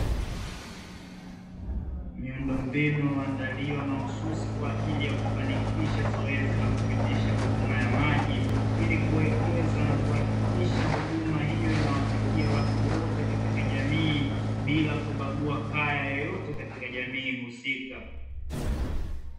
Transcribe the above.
Miundombinu iliyoandaliwa mahsusi kwa ajili ya kufanikisha zoezi la kupitisha huduma ya maji, ili kuwekeza na kuhakikisha huduma hiyo inawafikia watu wote katika jamii, bila kubagua kaya yoyote katika jamii husika.